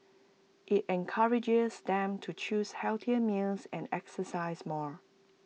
IT encourages them to choose healthier meals and exercise more